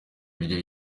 rye